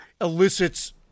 elicits